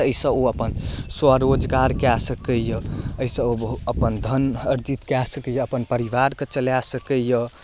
तै सँ ओ अपन स्वरोजगार कए सकै यऽ एहिसँ ओ बहुत अपन धन अर्जित कए सकै यऽ अपन परिवारके चला सकैया